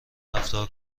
رفتار